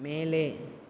மேலே